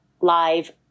live